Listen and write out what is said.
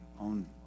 own